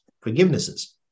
forgivenesses